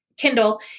Kindle